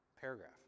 paragraph